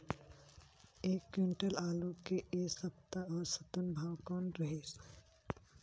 एक क्विंटल आलू के ऐ सप्ता औसतन भाव कौन रहिस?